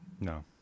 No